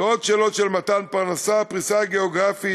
ועוד שאלות של מתן פרנסה, פריסה גיאוגרפית,